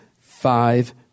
five